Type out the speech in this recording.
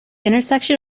intersection